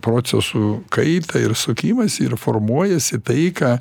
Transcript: procesų kaitą ir sukimąsi ir formuojasi tai ką